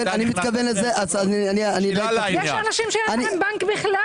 יש אנשים שאין להם בנק בכלל.